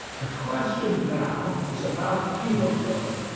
the question now is about hoemoglobin.